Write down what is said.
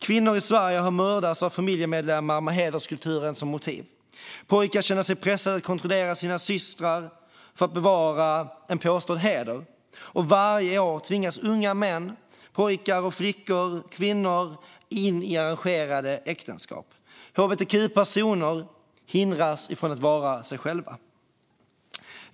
Kvinnor i Sverige har mördats av familjemedlemmar med hederskultur som motiv. Pojkar känner sig pressade att kontrollera sina systrar för att bevara en påstådd heder, och varje år tvingas unga män, pojkar, flickor och kvinnor in i arrangerade äktenskap. Hbtq-personer hindras från att vara sig själva.